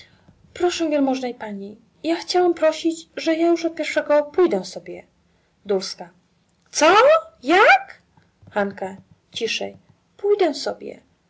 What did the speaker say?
proszę wielmożnej pani ja chciałam prosić że ja już od pierwszego pójdę sobie co jak pójdę sobie